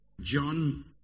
John